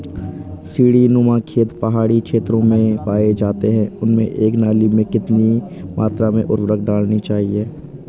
सीड़ी नुमा खेत पहाड़ी क्षेत्रों में पाए जाते हैं उनमें एक नाली में कितनी मात्रा में उर्वरक डालना चाहिए?